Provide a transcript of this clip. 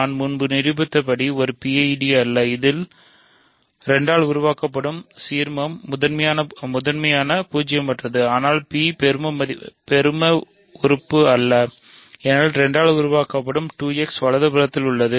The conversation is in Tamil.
நான் முன்பு நிரூபித்தபடி இது ஒரு PID அல்ல இதில் 2 ஆல் உருவாக்கப்படும் சீர்மபி முதன்மையான பூஜ்ஜியமற்றது ஆனால் b பெரும உறுப்பு யல்ல ஏனெனில் 2 ஆல் உருவாக்கப்படும் 2 x வலதுபுறத்தில் உள்ளது